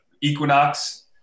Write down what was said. equinox